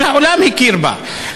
כל העולם הכיר בה.